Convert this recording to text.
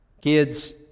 Kids